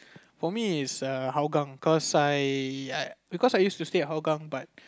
for me is err Hougang cause I I used to stay at Hougang but